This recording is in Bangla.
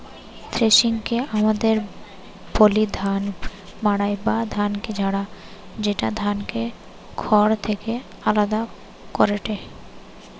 থ্রেশিংকে আমদের বলি ধান মাড়াই বা ধানকে ঝাড়া, যেটা ধানকে খড় থেকে আলদা করেটে